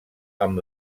amb